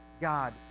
God